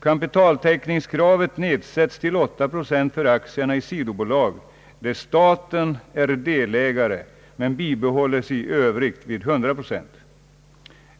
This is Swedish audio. Kapitaltäckningskravet nedsätts till 8 procent för aktierna i sidobolag där staten är delägare men bibehålls i övrigt vid 100 procent.